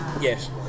Yes